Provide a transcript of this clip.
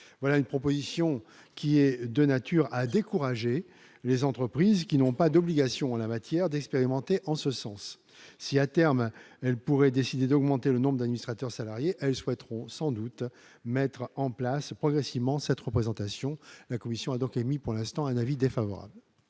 voilà une proposition qui est de nature à décourager les entreprises qui n'ont pas d'obligation en la matière, d'expérimenter en ce sens, si à terme elle pourrait décider d'augmenter le nombre d'administrateurs salariés elles souhaiteront sans doute mettra en place progressivement cette représentation, la commission a donc émis pour l'instant un avis défavorable.